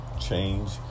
change